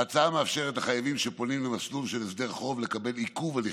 ההצעה מאפשרת לחייבים שפועלים במסלול של הסדר חוב לקבל עיכוב הליכים,